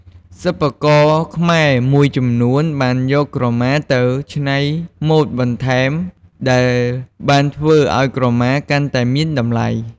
សិប្បករខ្មែរមួយចំនួនបានយកក្រមាទៅច្នៃម៉ូដបន្ថែមដែលបានធ្វើឱ្យក្រមាកាន់តែមានតម្លៃ។